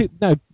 No